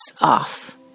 off